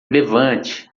levante